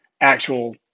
actual